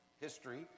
history